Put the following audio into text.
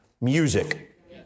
music